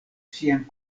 sian